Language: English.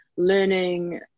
learning